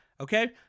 okay